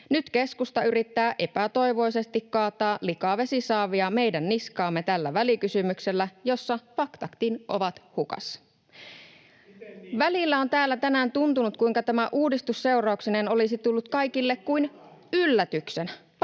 Nyt keskusta yrittää epätoivoisesti kaataa likavesisaavia meidän niskaamme tällä välikysymyksellä, jossa faktatkin ovat hukassa. [Antti Kurvinen: Miten niin?] Välillä on täällä tänään tuntunut, kuinka tämä uudistus seurauksineen olisi tullut kaikille kuin yllätyksenä.